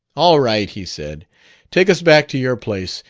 all right, he said take us back to your place,